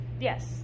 Yes